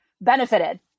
benefited